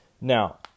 Now